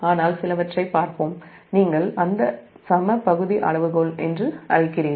ஆனால் சிலவற்றை அந்த சம பகுதி அளவுகோல் என்று அழைக்கிறீர்கள்